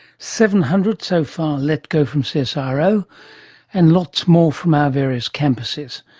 seven hundred so far let go from so csiro and lots more from our various campuses.